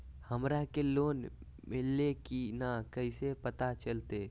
हमरा के लोन मिल्ले की न कैसे पता चलते?